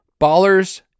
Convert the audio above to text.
Ballers